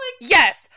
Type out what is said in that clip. yes